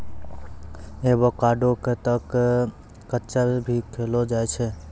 avocado क तॅ कच्चा भी खैलो जाय छै